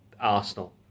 Arsenal